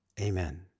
Amen